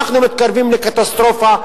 אנחנו מתקרבים לקטסטרופה.